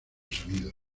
sonido